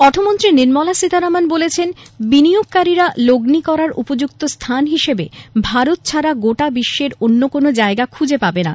অর্থমন্ত্রী নির্মলা সীতারামন বলেছেন বিনিয়োগকারীরা লগ্নি করার উপযুক্ত হিসেবে ভারত ছাড়া গোটা বিশ্বে অন্য কোনও জায়গা খুঁজে পাবে না